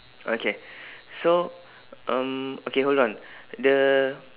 okay so um okay hold on the